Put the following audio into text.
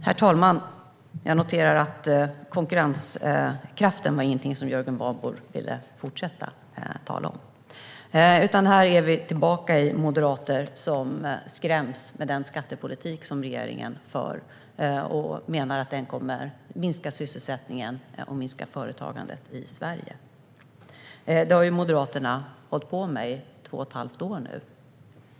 Herr talman! Jag noterar att konkurrenskraften inte var något Jörgen Warborn ville fortsätta tala om. Utan nu är vi tillbaka med moderater som skräms med regeringens skattepolitik. De menar att den kommer att minska sysselsättningen och företagandet i Sverige. Detta har Moderaterna hållit på med i två och ett halvt år nu.